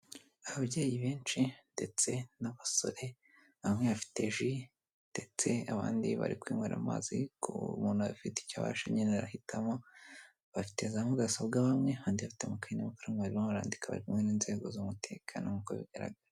Ababyeyi benshi ndetse n'abasore, bamwe bafite ji ndetse abandi bari kwinywera amazi ku umuntu afite icyo abasha nyine arahitamo, bafite za mudasobwa bamwe kandi bafite amakaye n'amakaramu barimo barandika bari kumwe n'inzego z'umutekano nk'uko bigaragara.